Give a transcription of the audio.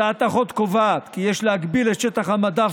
הצעת החוק קובעת כי יש להגביל את שטח המדף